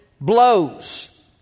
blows